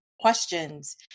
questions